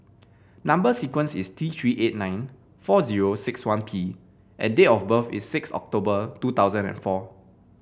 number sequence is T Three eight nine four zero six one P and date of birth is six October two thousand and four